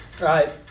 Right